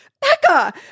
Becca